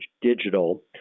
digital